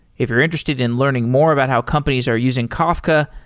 if you're interested in learning more about how companies are using kafka,